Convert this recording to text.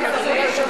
סעיף (2),